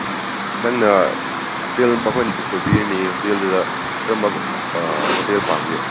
ꯅꯪꯅ ꯍꯣꯇꯦꯜ ꯃꯈꯣꯏꯅ ꯕꯨꯛ ꯇꯧꯕꯤꯔꯅꯤ ꯍꯣꯇꯦꯜꯗꯨꯗ ꯀꯔꯝꯕ ꯑꯥ ꯍꯣꯇꯦꯜ ꯄꯥꯝꯒꯦ